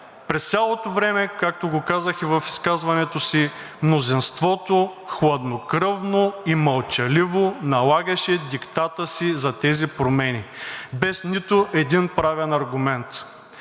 През цялото време, както го казах и в изказването си, мнозинството хладнокръвно и мълчаливо налагаше диктата си за тези промени, без нито един правен аргумент.